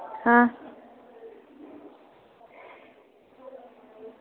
आं